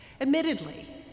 Admittedly